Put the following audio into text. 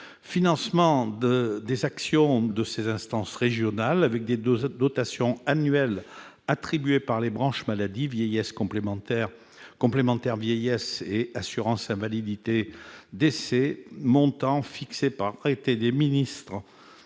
financement des actions de ses instances régionales avec des dotations annuelles attribuées par les branches maladie, vieillesse, complémentaire vieillesse et assurance invalidité-décès, le montant étant fixé par arrêté des ministres